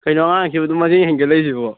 ꯀꯩꯅꯣ ꯑꯉꯥꯡꯁꯤꯕꯣ ꯑꯗꯨꯝ ꯃꯁꯤꯡ ꯍꯦꯟꯒꯠ ꯂꯛꯏꯁꯤꯕꯣ